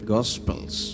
Gospels